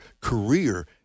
career